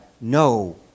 no